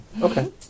Okay